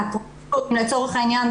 לצורך העניין,